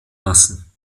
lassen